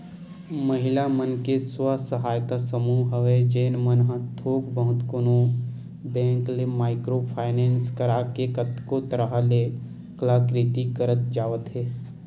महिला मन के स्व सहायता समूह हवय जेन मन ह थोक बहुत कोनो बेंक ले माइक्रो फायनेंस करा के कतको तरह ले कलाकृति करत जावत हे